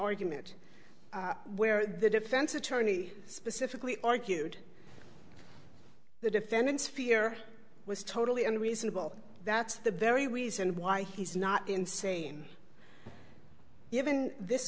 argument where the defense attorney specifically argued the defendant's fear was totally unreasonable that's the very reason why he's not insane given this